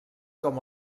com